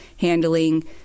handling